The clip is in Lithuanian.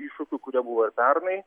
iššūkių kurie buvo ir pernai